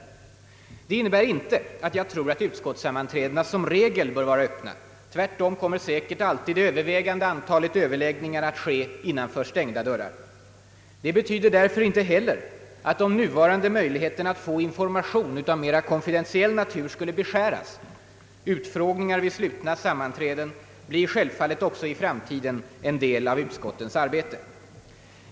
Det innebär inte att jag tror att utskottssammanträdena som regel bör vara öppna — tvärtom kommer säkert alltid det övervägande antalet överläggningar att ske innanför stängda dörrar. Det betyder därför inte heller att de nuvarande möjligheterna att få information av mer konfidentiell natur skulle beskäras — utfrågningar vid slutna sammanträden blir självfallet också i framtiden en del av utskottens arbete.